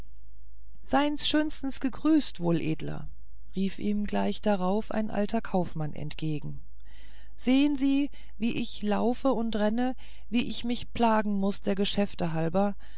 sie schönstens gegrüßt wohledler rief ihm gleich darauf ein alter kaufmann entgegen sehen sie wie ich laufe und renne wie ich mich plagen muß der geschäfte halber